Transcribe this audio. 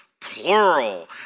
plural